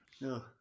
No